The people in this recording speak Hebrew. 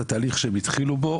את התהליך שהם התחילו בו?